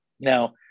Now